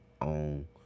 on